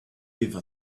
give